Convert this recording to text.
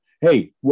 hey